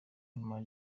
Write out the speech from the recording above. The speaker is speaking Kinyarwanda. nyuma